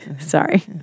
Sorry